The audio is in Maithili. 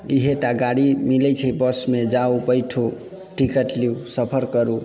इहेटा गाड़ी मिलै छै बसमे जाउ बैठू टिकट लिअ सफर करू